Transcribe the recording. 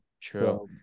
true